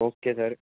okay sir